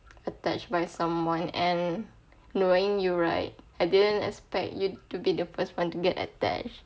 attached by someone and knowing you right I didn't expect you to be the first one to get attached